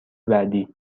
بعدی